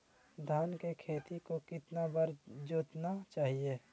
धान के खेत को कितना बार जोतना चाहिए?